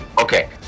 Okay